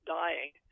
dying